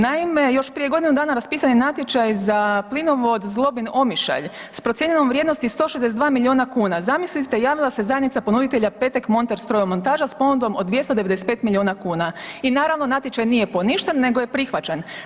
Naime, još prije godinu dana raspisan je natječaj za plinovod Zlobin-Omišalj s procijenjenom vrijednosti 162 miliona kuna, zamislite javila se zajednica ponuditelja Petek, Monter, Strojomontaža s ponudom od 295 miliona kuna i naravno natječaj nije poništen nego je prihvaćen.